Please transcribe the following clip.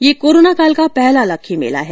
यह कोरोना काल का पहला लक्खी मेला है